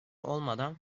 olmadan